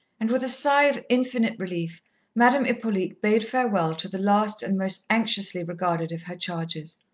and with a sigh of infinite relief madame hippolyte bade farewell to the last and most anxiously regarded of her charges.